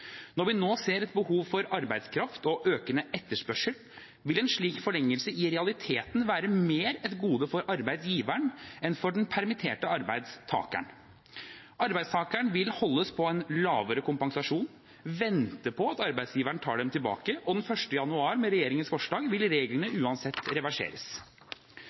Når vi nå ser et behov for arbeidskraft og økende etterspørsel, vil en slik forlengelse i realiteten være mer et gode for arbeidsgiveren enn for den permitterte arbeidstakeren. Arbeidstakeren vil holdes på en lavere kompensasjon, vente på at arbeidsgiveren tar dem tilbake og den 1. januar – med regjeringens forslag – vil reglene uansett reverseres.